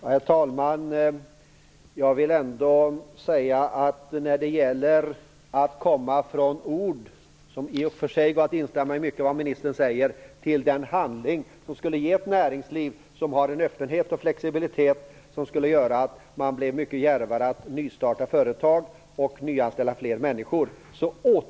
Herr talman! Det återstår väldigt mycket när det gäller att gå från ord - i och för sig går det att instämma i mycket av det som ministern säger - till handling som skulle ge ett näringsliv med öppenhet och flexibilitet och som skulle göra att man blev mycket djärvare att nystarta företag och nyanställa fler människor.